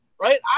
right